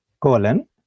colon